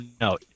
no